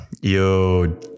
Yo